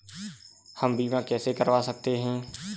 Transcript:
हम बीमा कैसे करवा सकते हैं?